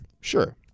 Sure